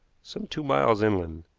some two miles inland.